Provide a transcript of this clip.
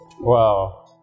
Wow